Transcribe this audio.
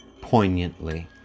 poignantly